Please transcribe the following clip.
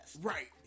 right